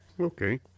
Okay